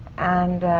and.